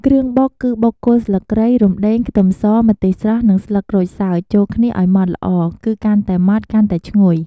គ្រឿងបុក គឺបុកគល់ស្លឹកគ្រៃ រំដេង ខ្ទឹមស ម្ទេសស្រស់ និងស្លឹកក្រូចសើច ចូលគ្នាឱ្យម៉ដ្ឋល្អ គឺកាន់តែម៉ដ្ឋ កាន់តែឈ្ងុយ។